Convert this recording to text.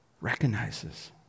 Recognizes